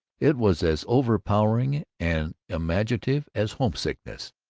it was as overpowering and imaginative as homesickness.